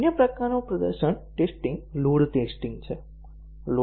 અન્ય પ્રકારનું પ્રદર્શન ટેસ્ટીંગ લોડ ટેસ્ટીંગ છે